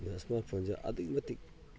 ꯑꯗ ꯏꯁꯃꯥꯔꯠ ꯐꯣꯟꯁꯦ ꯑꯗꯨꯛꯀꯤ ꯃꯇꯤꯛ